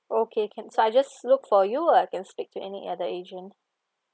okay can so I just look for you or I can speak to any other agent